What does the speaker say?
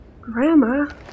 Grandma